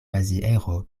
maziero